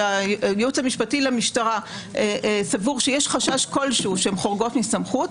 שהייעוץ המשפטי למשטרה סבור שיש חשש כלשהו שהן חורגות מסמכות,